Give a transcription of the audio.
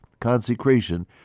consecration